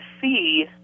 see